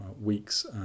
weeks